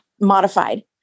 modified